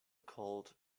called